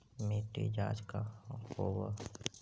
मिट्टी जाँच कहाँ होव है?